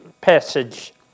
passage